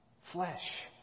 flesh